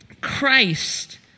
Christ